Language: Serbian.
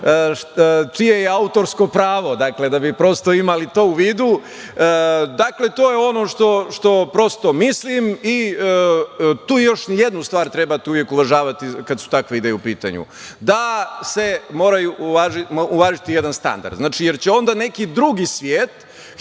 čije je autorsko pravo, dakle, da bi prosto imali to u vidu. To je ono što prosto mislim i tu još jednu stvar trebate uvek uvažavati kada su takve ideje u pitanju. Mora se uvažiti jedan standard, jer će onda neki drugi svet